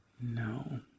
No